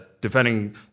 defending